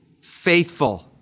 faithful